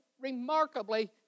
Remarkably